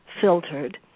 filtered